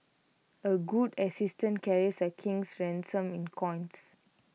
A good assistant carries A king's ransom in coins